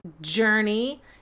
journey